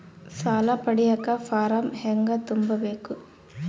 ಸಾಲ ಪಡಿಯಕ ಫಾರಂ ಹೆಂಗ ತುಂಬಬೇಕು?